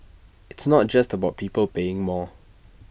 it's not just about people paying more